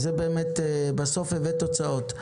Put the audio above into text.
בסוף הבאת תוצאות.